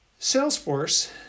Salesforce